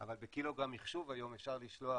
אבל בקילוגרם מִחשוב היום אפשר לשלוח